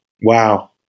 Wow